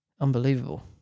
Unbelievable